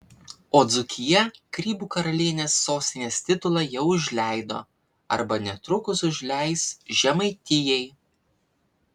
o dzūkija grybų karalienės sostinės titulą jau užleido arba netrukus užleis žemaitijai